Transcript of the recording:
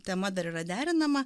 tema dar yra derinama